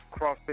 CrossFit